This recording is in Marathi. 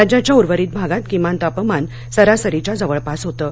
राज्याच्या उर्वरित भागात किमान तापमान सरासरीच्या जवळपास होतं